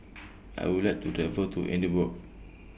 I Would like to travel to Edinburgh